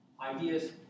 Ideas